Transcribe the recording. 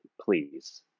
please